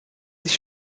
sich